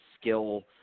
skill